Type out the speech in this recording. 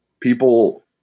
people